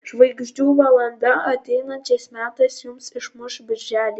žvaigždžių valanda ateinančiais metais jums išmuš birželį